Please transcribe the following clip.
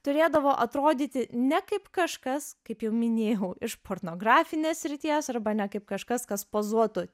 turėdavo atrodyti ne kaip kažkas kaip jau minėjau iš pornografinės srities arba ne kaip kažkas kas pozuotų